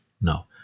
no